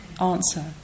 answer